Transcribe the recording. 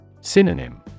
Synonym